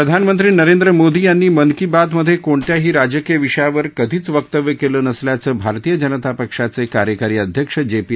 प्रधानमंत्री नरेंद्र मोदी यांनी मन की बात मधक्कीणत्याही राजकीय विषयावर कधीच वक्त्व्य कलि नसल्याचं भारतीय जनता पक्षाचक्रियकारी अध्यक्ष जाती